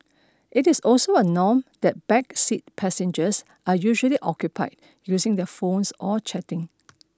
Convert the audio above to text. it is also a norm that back seat passengers are usually occupied using their phones or chatting